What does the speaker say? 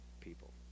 people